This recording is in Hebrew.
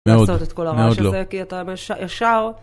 מאוד, מאוד לא.